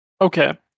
Okay